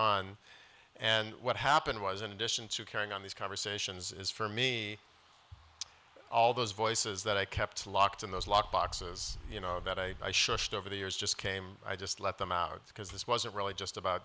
on and what happened was in addition to carrying on these conversations is for me all those voices that i kept locked in those lock boxes you know that i i shushed over the years just came i just let them out because this wasn't really just about